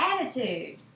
attitude